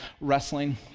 wrestling